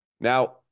Now